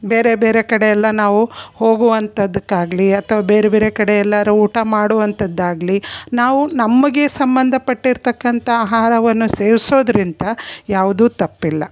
ಬೇರೆ ಬೇರೆ ಕಡೆ ಎಲ್ಲ ನಾವು ಹೋಗುವಂಥದ್ದಕ್ಕಾಗ್ಲಿ ಅಥವಾ ಬೇರೆ ಬೇರೆ ಕಡೆ ಎಲ್ಲರು ಊಟ ಮಾಡುವಂಥದ್ದಾಗಲಿ ನಾವು ನಮಗೆ ಸಂಬಂಧಪಟ್ಟಿರ್ತಕ್ಕಂಥ ಆಹಾರವನ್ನು ಸೇವಿಸೋದ್ರಿಂತ ಯಾವುದೂ ತಪ್ಪಿಲ್ಲ